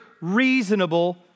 reasonable